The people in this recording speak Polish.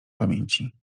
pamięci